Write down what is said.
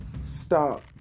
Stop